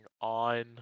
on